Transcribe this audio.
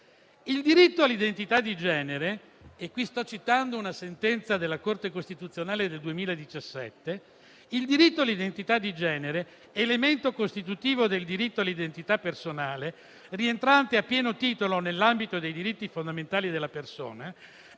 costituzionale del 2017), elemento costitutivo del diritto all'identità personale rientrante a pieno titolo nell'ambito dei diritti fondamentali della persona,